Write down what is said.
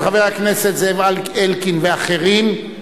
התשע"א 2011,